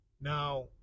now